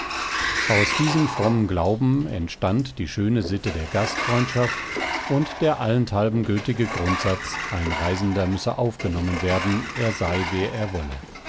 aus diesem frommen glauben entstand die schöne sitte der gastfreundschaft und der allenthalben gültige grundsatz ein reisender müsse aufgenommen werden er sei wer er wolle